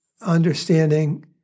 understanding